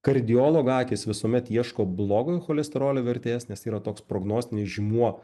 kardiologo akys visuomet ieško blogojo cholesterolio vertės nes yra toks prognostinis žymuo